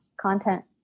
content